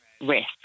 risk